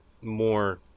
more